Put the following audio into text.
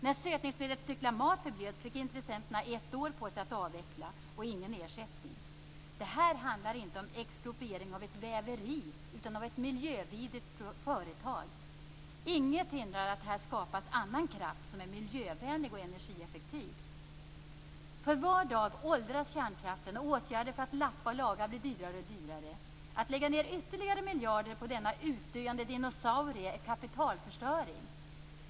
När sötningsmedlet cyklamat förbjöds fick intressenterna ett år på sig att avveckla och ingen ersättning. Detta handlar inte om expropriering av ett väveri utan av ett miljövidrigt företag. Inget hindrar att det här skapas annan kraft som är miljövänlig och energieffektiv. För var dag åldras kärnkraften, och åtgärder för att lappa och laga blir dyrare och dyrare. Att lägga ned ytterligare miljarder på denna utdöende dinosaurie är kapitalförstöring.